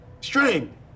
String